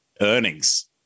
earnings